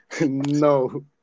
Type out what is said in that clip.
no